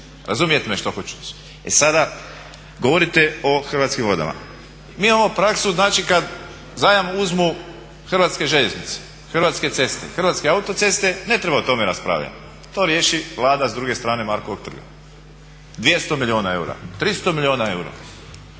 Razumijete me što hoću reći? E sada, govorite o Hrvatskim vodama. Mi imamo praksu znači kada zajam uzmu Hrvatske željeznice, Hrvatske ceste, Hrvatske autoceste, ne treba o tome raspravljati, to riješi Vlada s druge strane Markovog trga. 200 milijuna eura, 300 milijuna eura,